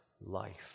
life